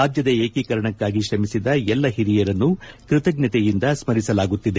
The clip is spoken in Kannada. ರಾಜ್ಯದ ಏಕೀಕರಣಕ್ಕಾಗಿ ಶ್ರಮಿಸಿದ ಎಲ್ಲಾ ಹಿರಿಯರನ್ನು ಕೃತಜ್ಞತೆಯಿಂದ ಸ್ಥರಿಸಲಾಗುತ್ತಿದೆ